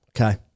okay